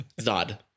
Zod